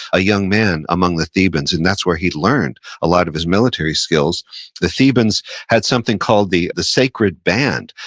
a young man among the thebans, and that's where he learned a lot of his military skills the thebans had something called the the sacred band,